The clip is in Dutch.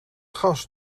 gas